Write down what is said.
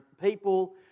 people